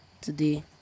today